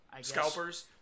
Scalpers